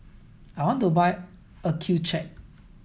I want to buy Accucheck